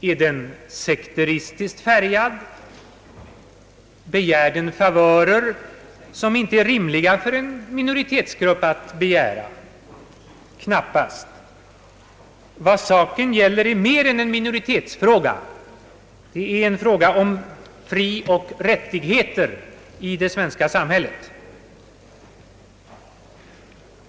Är den sekteristiskt färgad? Begär man favörer som det inte är rimligt för en minoritetsgrupp att begära? Knappast! Vad saken gäller är mer än en minoritetsfråga. Det är en fråga om frioch rättigheter i det svenska samhället.